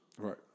Right